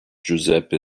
giuseppe